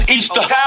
Easter